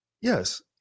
Yes